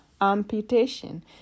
amputation